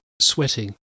sweating